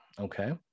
Okay